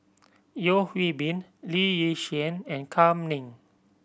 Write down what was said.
Yeo Hwee Bin Lee Yi Shyan and Kam Ning